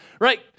right